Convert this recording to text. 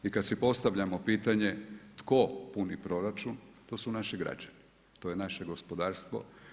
I kada si postavljamo pitanje tko puni proračun, to su naši građani, to je naše gospodarstvo.